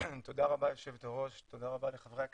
תודה רבה היו"ר, תודה רבה לחברי הכנסת,